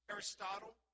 Aristotle